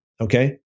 Okay